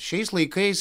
šiais laikais